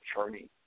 attorney